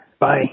Bye